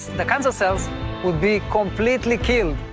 the cancer cells will be completely killed,